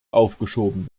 aufgeschoben